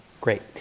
Great